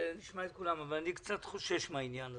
נשמע את כולם, אבל אני קצת חושש מהעניין הזה.